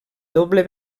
doble